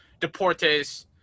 deportes